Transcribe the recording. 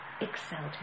excelled